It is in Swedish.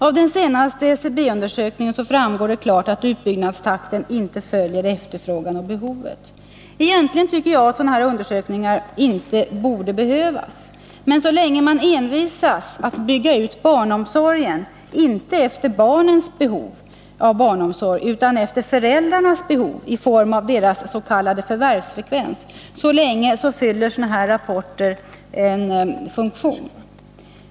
Av den senaste SCB-undersökningen framgår det klart att utbyggnadstakten inte följer efterfrågan och behovet. Egentligen tycker jag att sådana här undersökningar inte borde behövas. Men så länge man envisas med att bygga ut barnomsorgen inte efter barnens behov av omsorg utan efter barnens föräldrars behov i form av deras s.k. förvärvsfrekvens, så länge fyller sådana här rapporter en funktion.